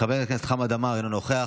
חבר הכנסת חמד עמאר, אינו נוכח,